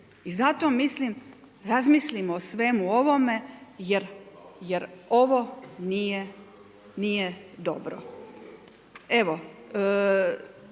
mislim, razmislimo o svemu ovome jer ovo nije dobro.